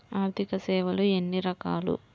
ఆర్థిక సేవలు ఎన్ని రకాలు?